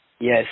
Yes